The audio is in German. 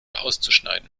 auszuschneiden